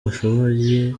bashoboye